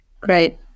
Great